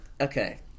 Okay